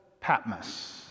Patmos